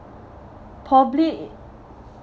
probably